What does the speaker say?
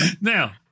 now